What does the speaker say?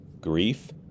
grief